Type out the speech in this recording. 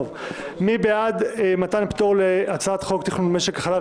מי בעד מתן פטור להצעת חוק תכנון משק החלב,